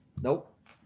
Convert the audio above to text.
Nope